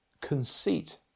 Conceit